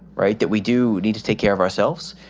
right. that we do need to take care of ourselves,